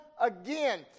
again